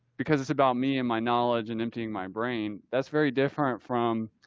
because it's about me and my knowledge and emptying my brain, that's very different from.